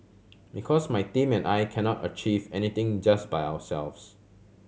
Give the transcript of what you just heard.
because my team and I cannot achieve anything just by ourselves